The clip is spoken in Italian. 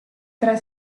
tre